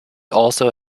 also